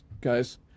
guys